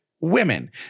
women